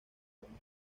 arma